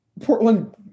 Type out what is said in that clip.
Portland